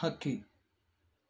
ಹಕ್ಕಿ